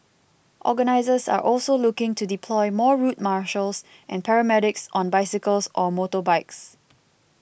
organisers are also looking to deploy more route marshals and paramedics on bicycles or motorbikes